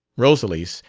rosalys,